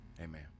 Amen